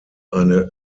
eine